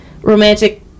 romantic